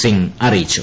സിംഗ് അറിയിച്ചു